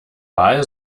wahl